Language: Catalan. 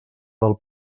del